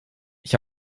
ich